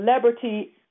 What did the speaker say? celebrity